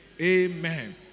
Amen